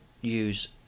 use